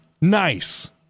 Nice